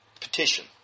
petition